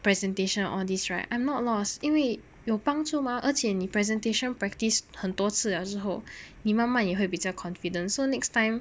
presentation all this right I'm not lost 因为有帮助吗而且你 presentation practice 很多次 liao 之后你慢慢也会比较 confidence so next time